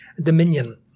dominion